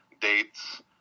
dates